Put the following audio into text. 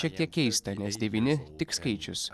šiek tiek keista nes devyni tik skaičius